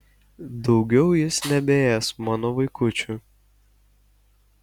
daugiau jis nebeės mano vaikučių